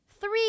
three